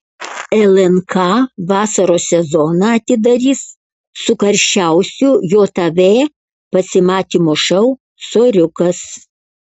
lnk vasaros sezoną atidarys su karščiausiu jav pasimatymų šou soriukas